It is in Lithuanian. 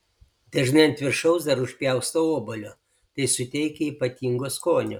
dažnai ant viršaus dar užpjaustau obuolio tai suteikia ypatingo skonio